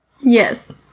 Yes